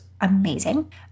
amazing